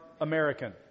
American